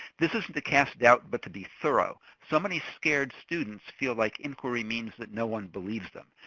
this isn't to cast doubt but to be thorough. so many scared students feel like inquiry means that no one believes them.